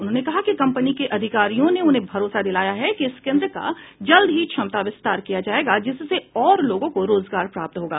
उन्होंने कहा कि कंपनी के अधिकारियों ने उन्हें भरोसा दिलाया है कि इस केन्द्र का जल्द ही क्षमता विस्तार किया जायेगा जिससे और लोगों को रोजगार प्राप्त होगा